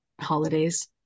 holidays